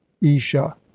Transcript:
isha